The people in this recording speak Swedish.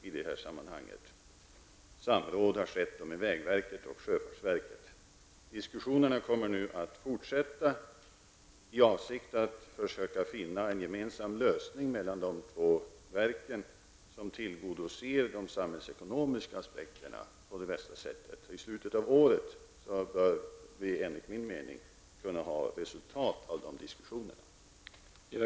Samråd har skett med sjöfartsverket och vägverket. Diskussionerna mellan de två verken kommer att fortsätta, och avsikten är att man skall försöka finna en gemensam lösning, som på bästa sätt tillgodoser de samhällsekonomiska aspekterna. Enligt min mening bör vi i slutet av året ha resultatet av de diskussionerna.